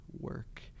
work